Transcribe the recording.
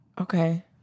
Okay